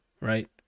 right